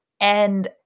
And-